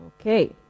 Okay